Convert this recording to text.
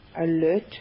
alert